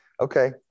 okay